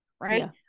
right